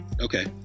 okay